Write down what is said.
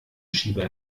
schieber